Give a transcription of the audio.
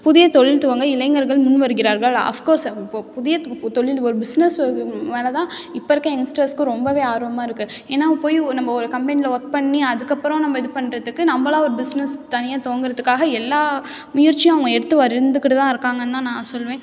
புதிய தொழில் துவங்க இளைஞர்கள் முன் வருகிறார்களா அஃப்கோஸ் இப்போது புதிய ஒரு தொழில் ஒரு பிஸ்னஸ் மேலே தான் இப்போ இருக்க யங்ஸ்டர்ஸுக்கு ரொம்ப ஆர்வமாக இருக்குது ஏன்னா போய் நம்ம ஒரு கம்பெனியில் ஒர்க் பண்ணி அதுக்கப்புறம் நம்ம இது பண்ணுறத்துக்கு நம்மளாக ஒரு பிஸ்னஸ் தனியாக துவங்குறத்துக்காக எல்லா முயற்சியும் அவங்க எடுத்து வந்துக்கிட்டு தான் இருக்காங்கன்னு தான் நான் சொல்வேன்